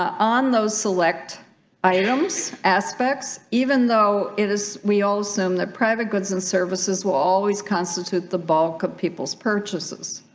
on those select items aspects even though it is we all assume that private goods and services will always constitute the bulk of people's purchases